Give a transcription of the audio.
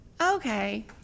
Okay